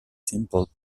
simple